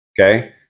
Okay